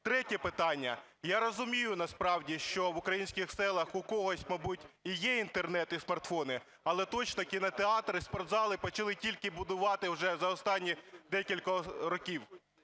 Третє питання. Я розумію, насправді, що в українських селах у когось, мабуть, є і інтернет, і смартфони, але точно кінотеатри, спортзали почали тільки будувати вже за останні декілька років.